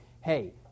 Hey